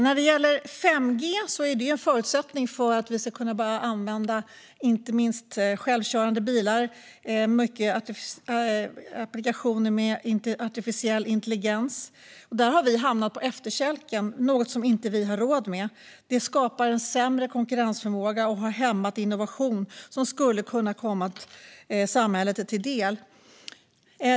När det gäller 5G är det en förutsättning för att vi ska kunna börja använda inte minst självkörande bilar och många applikationer med artificiell intelligens. Där har vi hamnat på efterkälken, och det har vi inte råd med. Det skapar en sämre konkurrensförmåga och har hämmat innovation som skulle kunna komma samhället till del.